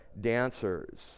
dancers